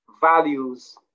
values